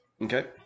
Okay